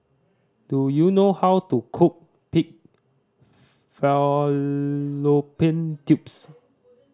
do you know how to cook pig fallopian tubes